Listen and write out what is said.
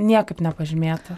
niekaip nepažymėta